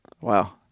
Wow